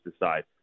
decide